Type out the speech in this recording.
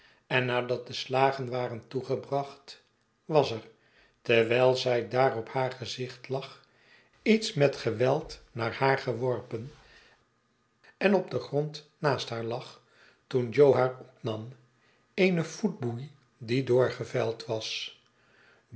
en nadat de slagen waren toegebracht was er terwijl zij daar op haar gezicht lag iets met geweld naar haar geworpen en op den grond naast haar lag toen jo haar opnam eene voetboei die doorgevijld was